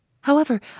However